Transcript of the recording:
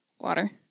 Water